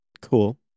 Cool